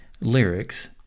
lyrics